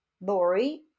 Lori